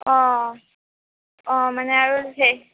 অঁ অঁ মানে আৰু সেই